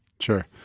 Sure